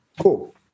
Cool